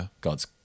God's